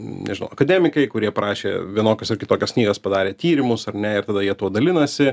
nežinau akademikai kurie parašė vienokias ar kitokias knygas padarė tyrimus ar ne ir tada jie tuo dalinasi